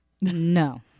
No